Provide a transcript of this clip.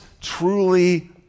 truly